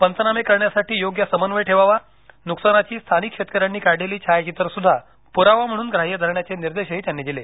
पंचनामे करण्यासाठी योग्य समन्वय ठेवावा नुकसानाची स्थानिक शेतकऱ्यांनी काढलेली छायाचित्रेसुद्धा पुरावा म्हणून ग्राद्य धरण्याचे निर्देशही त्यांनी दिले